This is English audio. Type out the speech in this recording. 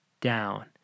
down